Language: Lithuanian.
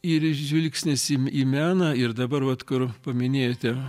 ir žvilgsnis į meną ir dabar vat kur paminėjote